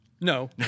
No